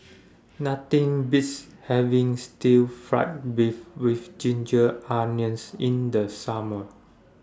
Nothing Beats having Stir Fry Beef with Ginger Onions in The Summer